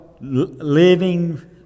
living